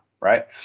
right